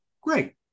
Great